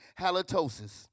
halitosis